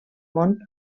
món